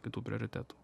kitų prioritetų